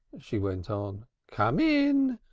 she went on. come in.